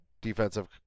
Defensive